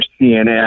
CNN